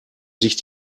sich